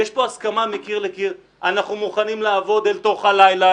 אנחנו מוכנים לעבוד אל תוך הלילה,